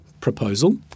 proposal